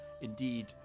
Indeed